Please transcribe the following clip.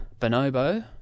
Bonobo